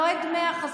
לא את דמי החסות.